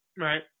Right